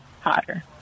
hotter